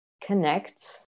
connect